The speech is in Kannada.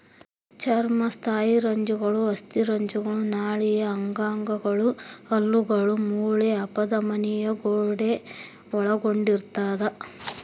ಚರ್ಮ ಸ್ನಾಯುರಜ್ಜುಗಳು ಅಸ್ಥಿರಜ್ಜುಗಳು ನಾಳೀಯ ಅಂಗಗಳು ಹಲ್ಲುಗಳು ಮೂಳೆ ಅಪಧಮನಿಯ ಗೋಡೆ ಒಳಗೊಂಡಿರ್ತದ